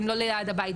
האם לא ליד הבית,